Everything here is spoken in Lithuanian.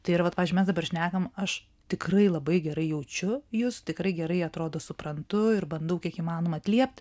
tai yra vat pavyzdžiui mes dabar šnekam aš tikrai labai gerai jaučiu jus tikrai gerai atrodo suprantu ir bandau kiek įmanoma atliept